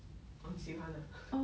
喜欢啊